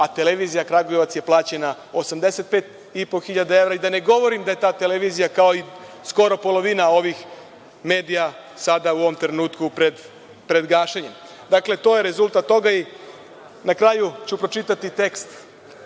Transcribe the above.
a Televizija Kragujevac je plaćena 85.000 evra i da ne govorim da je ta televizija, kao i skoro polovina ovih medija sada u ovom trenutku pred gašenjem. To je rezultat toga. Na kraju ću pročitati tekst